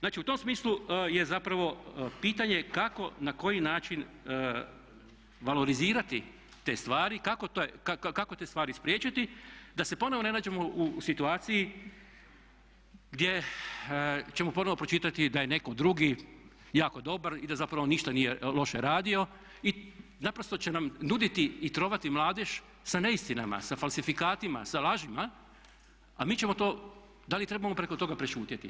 Znači u tom smislu je zapravo pitanje kako, na koji način valorizirati te stvari, kako te stvari spriječiti da se ponovno ne nađemo u situaciji gdje ćemo ponovno pročitati da je netko drugi jako dobar i da zapravo ništa nije loše radio i naprosto će nam nuditi i trovati mladež sa neistinama, sa falsifikatima, sa lažima a mi ćemo to, da li trebam preko toga prešutjeti?